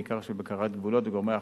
בעיקר של בקרת גבולות וגורמי אכיפה,